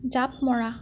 জাঁপ মৰা